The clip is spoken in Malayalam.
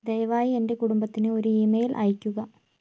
ദയവായി എന്റെ കുടുംബത്തിന് ഒരു ഇമെയില് അയയ്ക്കുക